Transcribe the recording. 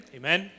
amen